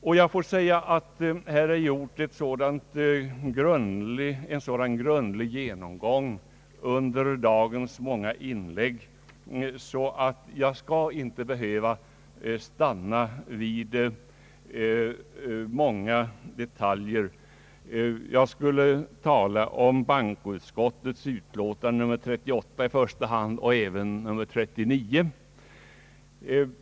Under dagens många inlägg har en så grundlig genomgång gjorts av de olika frågorna, att jag inte behöver stanna vid så många detaljer. Jag har för avsikt att i första hand beröra bankoutskottets utlåtanden nr 38 och nr 39.